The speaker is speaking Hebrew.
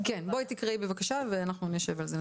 כן בואי תקראי בבקשה ואנחנו נשב על זה,